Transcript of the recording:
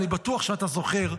אני בטוח שאתה זוכר,